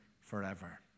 forever